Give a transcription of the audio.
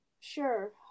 Sure